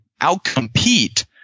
outcompete